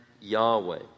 Yahweh